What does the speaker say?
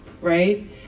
right